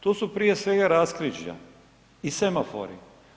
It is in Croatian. Tu su prije svega, raskrižja i semafori.